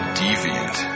deviant